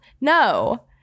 No